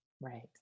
Right